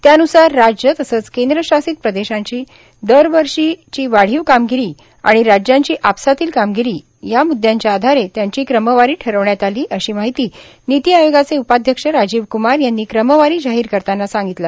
त्यानुसार राज्य तसंच केंद्र शासित प्रदेशांची दरवर्षीची वाढीव कामगिरी आणि राज्यांची आपसातील कामगिरी या म्द्यांच्या आधारे त्यांची क्रमवारी ठरविण्यात आली अशी माहिती निती आयोगाचे उपाध्यक्ष राजीव क्मार यांनी क्रमवारी जाहीर करताना सांगितलं